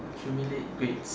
accumulate grades